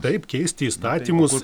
taip keisti įstatymus